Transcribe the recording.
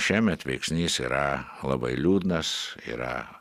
šiemet veiksnys yra labai liūdnas yra